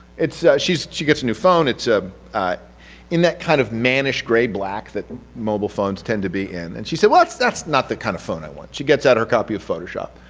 she so she gets a new phone, it's ah in that kind of manish gray black that mobile phones tend to be in, and she says well that's that's not the kind of phone i want. she gets out her copy of photoshop,